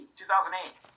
2008